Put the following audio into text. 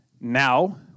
now